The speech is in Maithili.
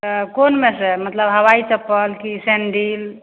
कोनमेसे मतलब हवाइ चप्पल कि सैण्डल